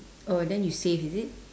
oh then you save is it